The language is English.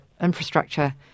infrastructure